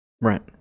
Right